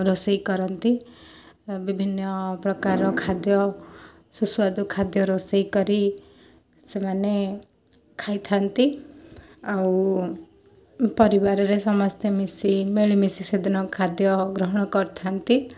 ରୋଷେଇ କରନ୍ତି ବିଭିନ୍ନ ପ୍ରକାର ଖାଦ୍ୟ ସୁସ୍ୱାଦୁ ଖାଦ୍ୟ ରୋଷେଇ କରି ସେମାନେ ଖାଇଥାନ୍ତି ଆଉ ପରିବାରରେ ସମସ୍ତେ ମିଶି ମିଳିମିଶି ସେଦିନ ଖାଦ୍ୟ ଗ୍ରହଣ କରିଥାଆନ୍ତି